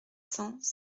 cents